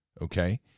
okay